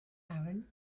aaron